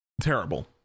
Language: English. terrible